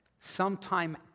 sometime